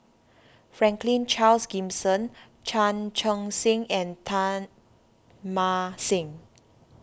Franklin Charles Gimson Chan Chun Sing and Teng Mah Seng